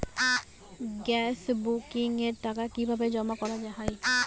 Gas বুকিংয়ের টাকা কিভাবে জমা করা হয়?